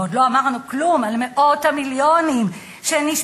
ועוד לא אמרנו כלום על מאות המיליונים שנשפכים